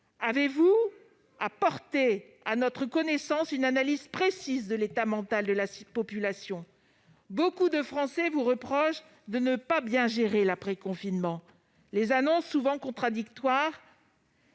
Pouvez-vous porter à notre connaissance une analyse précise de l'état mental de la population ? Beaucoup de Français vous reprochent de ne pas bien gérer l'après-confinement. Les annonces, souvent contradictoires,